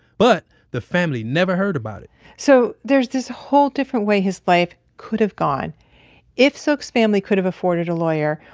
but the family never heard about it so there's this whole different way his life could have gone if sok's family could have afforded a lawyer,